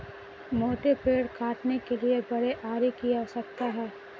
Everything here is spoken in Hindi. मोटे पेड़ काटने के लिए बड़े आरी की आवश्यकता है